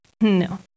No